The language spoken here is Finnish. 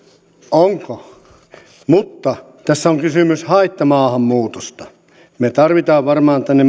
onko tässä on kysymys haittamaahanmuutosta me tarvitsemme varmaan tänne